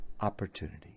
opportunity